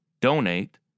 donate